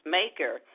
maker